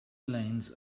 lanes